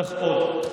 צריך עוד.